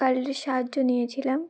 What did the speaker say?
সাহায্য নিয়েছিলাম